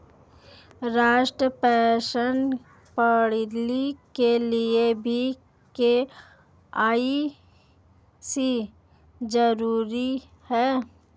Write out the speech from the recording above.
राष्ट्रीय पेंशन प्रणाली के लिए भी के.वाई.सी जरूरी है